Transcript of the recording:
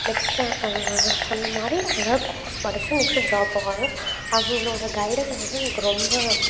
next அவங்க சொன்னமாதிரி எதாவது கோர்ஸ் படிச்சிவிட்டு நெக்ஸ்ட் ஜாப் போகலாம் அவங்களோட கைடன்ஸ் வந்து எனக்கு ரொம்ப